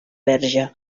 verge